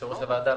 יושב-ראש הוועדה,